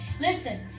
Listen